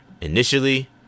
initially